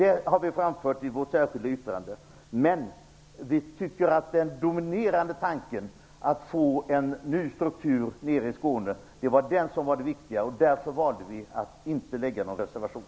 Det har vi framfört i vårt särskilda yttrande. Men vi tycker att den dominerande tanken, att få en ny struktur nere i Skåne, var det viktiga, och därför valde vi att inte lägga någon reservation.